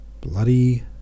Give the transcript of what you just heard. Bloody